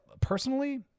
personally